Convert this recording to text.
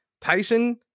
tyson